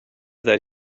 that